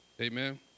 Amen